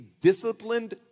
disciplined